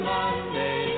Monday